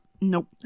nope